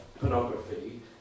pornography